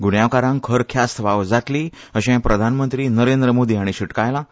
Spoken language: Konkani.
गुन्यांवकारांक खर ख्यास्त फावो जातली अशें प्रधानमंत्री नरेंद्री मोदी हांणी शिटकयलां